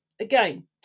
again